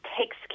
takes